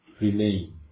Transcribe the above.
remain